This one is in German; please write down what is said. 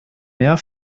mehr